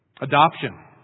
Adoption